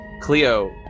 Cleo